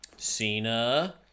Cena